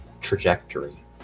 trajectory